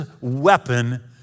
weapon